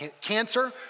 cancer